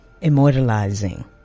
immortalizing